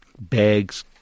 bags